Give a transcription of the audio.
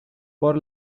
por